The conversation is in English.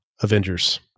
Avengers